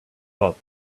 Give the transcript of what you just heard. thought